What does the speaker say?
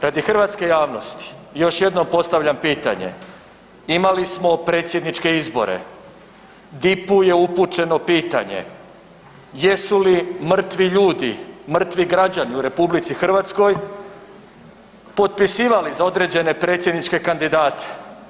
Radi hrvatske javnosti, još jednom postavljam pitanje, imali smo predsjedničke izbore, DIP-u je upućeno pitanje jesu li mrtvi ljudi, mrtvi građani u RH potpisivali za određene predsjedničke kandidate?